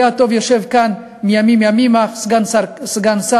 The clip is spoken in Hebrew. יושב כאן חברי הטוב מימים ימימה, סגן השר.